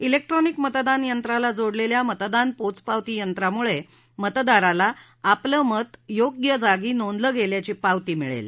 ब्रैक्ट्रॉनिक मतदान यंत्राला जोडलेल्या मतदान पोचपावती यंत्रामुळे मतदाराला आपलं मत योग्य जागी नोदलं गेल्याची पावती मिळेल